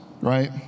right